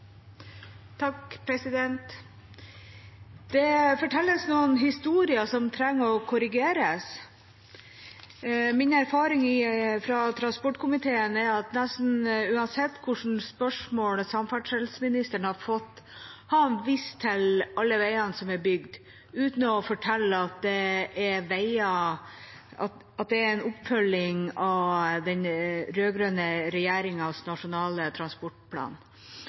Det fortelles noen historier som trenger å korrigeres. Min erfaring fra transportkomiteen er at nesten uansett hva slags spørsmål samferdselsministeren har fått, har han vist til alle veiene som er bygd, uten å fortelle at det er en oppfølging av den rød-grønne regjeringas nasjonale transportplan.